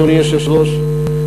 אדוני היושב-ראש,